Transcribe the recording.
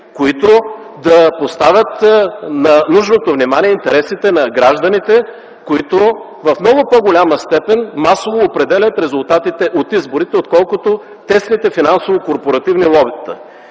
които да поставят на нужното внимание интересите на гражданите, които в много по-голяма степен масово определят резултатите от изборите, отколкото тесните финансово-корпоративни лобита?